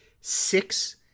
six